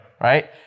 Right